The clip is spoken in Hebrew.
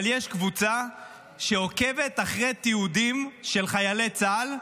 אבל יש קבוצה שעוקבת אחרי תיעודים של חיילי צה"ל,